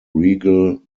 regal